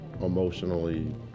emotionally